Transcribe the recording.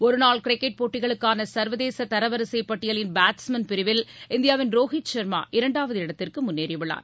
ஒருநாள் கிரிக்கெட் போட்டிகளுக்கானசர்வதேசதரவரிசைப் பட்டியலின் பேட்ஸ்மென் பிரிவில் இந்தியாவின் ரோஹித் ஷர்மா இரண்டாவது இடத்திற்குமுன்னேறியுள்ளார்